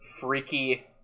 Freaky